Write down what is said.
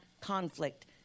conflict